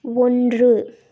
ஒன்று